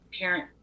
parent